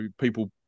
people